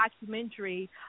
documentary